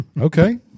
Okay